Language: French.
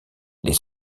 les